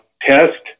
test